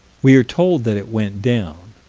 we are told that it went down.